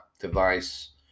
device